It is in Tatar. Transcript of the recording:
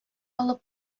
алып